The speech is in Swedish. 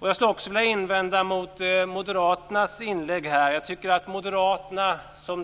Jag skulle också vilja invända mot moderaternas inlägg här. Jag tycker att moderaterna också i dag